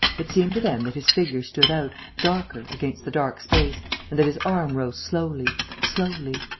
it seemed to them that his figure stood out, darker, against the dark space and that his arm rose slowly, slowly.